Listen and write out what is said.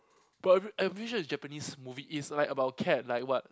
but I'm pretty sure is Japanese movie it's like about cat like what